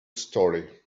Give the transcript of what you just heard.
story